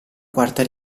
quarta